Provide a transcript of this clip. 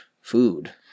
food